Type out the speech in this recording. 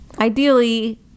Ideally